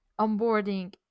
onboarding